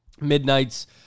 Midnight's